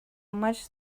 much